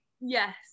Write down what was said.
yes